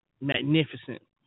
magnificent